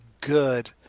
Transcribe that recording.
good